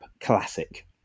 classic